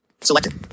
Selected